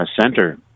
center